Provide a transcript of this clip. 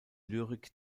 lyrik